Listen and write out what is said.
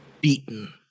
beaten